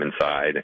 inside